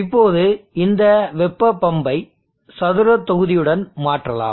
இப்போது இந்த வெப்ப பம்ப்பை சதுரத் தொகுதியுடன் மாற்றலாம்